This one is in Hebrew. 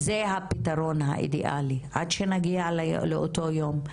זה הפתרון האידאלי עד שנגיע לאותו יום,